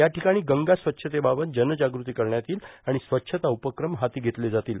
या ठिकाणी गंगा स्वच्छतेबाबत जनजागृती करण्यात येईल आणि स्वच्छता उपक्रम हाती घेतले जातील